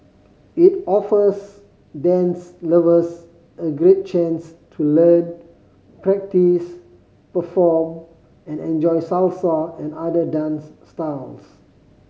it offers dance lovers a great chance to learn practice perform and enjoy Salsa and other dance styles